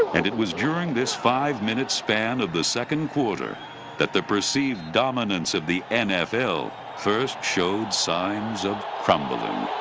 and it was during this five minute span of the second quarter that the perceived dominance of the nfl first showed signs of crumbling.